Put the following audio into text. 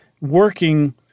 working